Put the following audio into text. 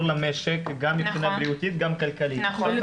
למשק גם מבחינה בריאותית וגם כלכלית במגבלות.